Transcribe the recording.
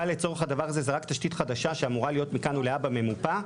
לצורך הדבר הזה זו רק תשתית חדשה שאמורה להיות מכאן ולהבא ממופה,